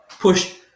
push